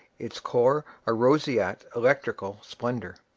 its core a roseate electrical splendor.